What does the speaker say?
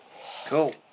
Cool